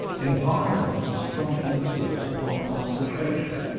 environment has a strong influence upon concentration,